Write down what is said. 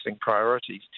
priorities